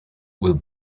with